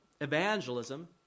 evangelism